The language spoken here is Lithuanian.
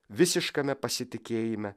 visiškame pasitikėjime